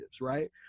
right